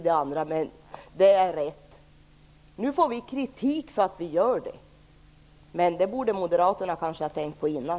Det har man ansett vara rätt, men nu får vi kritik för att vi gör det. Men det borde moderaterna kanske ha tänkt på innan.